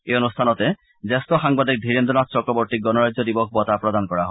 এই অনুষ্ঠানতে জ্যেষ্ঠ সাংবাদিক ধীৰেন্দ্ৰ নাথ চক্ৰৱৰ্তীক গণৰাজ্য দিৱস বঁটা প্ৰদান কৰা হয়